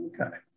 Okay